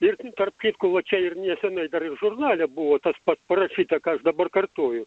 ir tarp kitko va čia ir neseniai dar ir žurnale buvo tas pat parašyta ką aš dabar kartoju